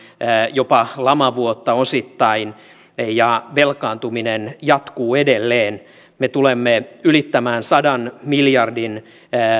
jopa lamavuotta osittain ja velkaantuminen jatkuu edelleen me tulemme ylittämään sadan miljardin